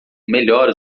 melhora